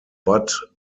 but